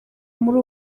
muri